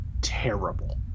terrible